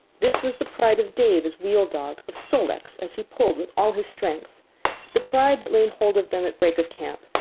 this was the pride of dave as wheel-dog, of sol-leks as he pulled with all his strength the pride that laid hold of them at break of camp,